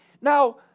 Now